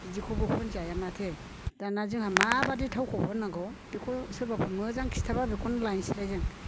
बिदिखौबो फोनजाया माथो दानिया जोंहा माबायदि थावखौ फोननांगौ बेखौ सोरबा मोजां खिन्थाबा बेखौनो लायनसोलाय जों